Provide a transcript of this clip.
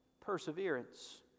Perseverance